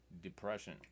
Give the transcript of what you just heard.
depression